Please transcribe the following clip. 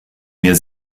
mir